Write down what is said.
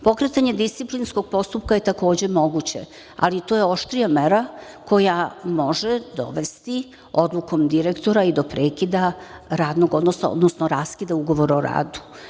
pokretanje disciplinskog postupka je takođe moguće, ali to je oštrija mera koja može dovesti, odlukom direktora, do prekida radnog odnosa, odnosno raskida ugovora o radu.